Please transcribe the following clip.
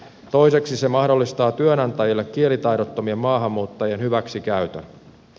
toiseksi se mahdollistaa työnantajille kielitaidottomien maahanmuuttajien hyväksikäytön